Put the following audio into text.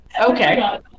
Okay